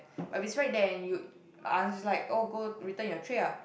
but if it's right there and you ask like oh go return your tray ah